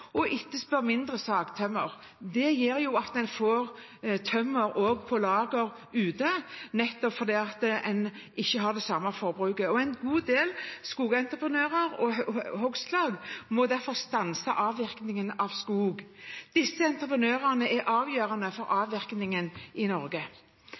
mindre sagtømmer. Det gjør også at en får tømmer på lager ute, nettopp fordi en ikke har det samme forbruket. En god del skogsentreprenører og hogstlag må derfor stanse avvirkningen av skog. Disse entreprenørene er avgjørende for